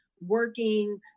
working